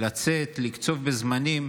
לצאת ולקצוב בזמנים: